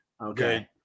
Okay